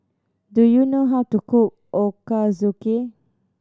do you know how to cook Ochazuke